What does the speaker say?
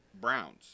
browns